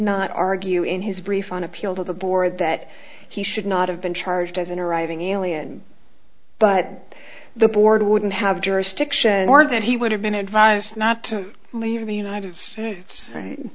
not argue in his brief on appeal to the board that he should not have been charged as an arriving elian but the board wouldn't have jurisdiction or that he would have been advised not to leave the united that's